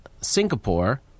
Singapore